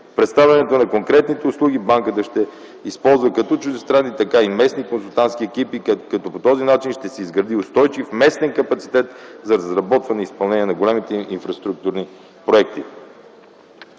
представянето на конкретните услуги Банката ще използва както чуждестранни, така и местни консултантски екипи като по този начин ще се изгради устойчив местен капацитет за разработване и изпълнение на големите инфраструктурни проекти.